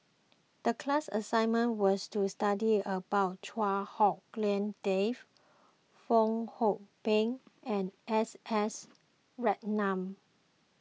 the class assignment was to study about Chua Hak Lien Dave Fong Hoe Beng and S S Ratnam